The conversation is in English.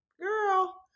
girl